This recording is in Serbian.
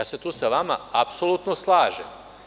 Tu se sa vama apsolutno slažem.